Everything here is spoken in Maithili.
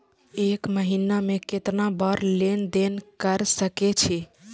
एक महीना में केतना बार लेन देन कर सके छी?